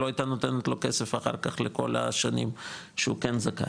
לא הייתה נותנת לו כסף אחר כך לכל השנים שהוא כן זכאי,